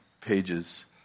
pages